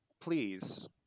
please